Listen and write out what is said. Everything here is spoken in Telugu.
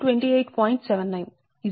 0